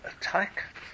attack